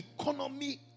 economy